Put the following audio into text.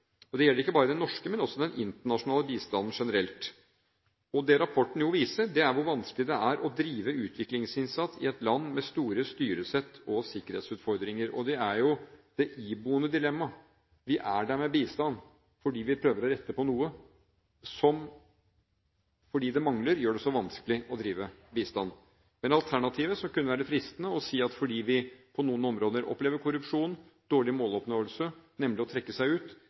Det gjelder ikke bare den norske bistanden, men også den internasjonale bistanden generelt. Det rapporten viser, er hvor vanskelig det er å drive utviklingsinnsats i et land med store styresett- og sikkerhetsutfordringer. Det er jo det iboende dilemmaet. Vi er der med bistand fordi vi prøver å rette på noe som, fordi det mangler, gjør det så vanskelig å drive bistand. Men alternativet – som kunne være fristende, fordi vi på noen områder opplever korrupsjon og dårlig måloppnåelse – nemlig å trekke seg ut,